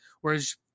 whereas